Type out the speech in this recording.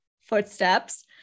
footsteps